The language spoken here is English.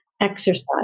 exercise